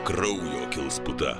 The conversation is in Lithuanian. kraujo kils puta